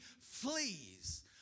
flees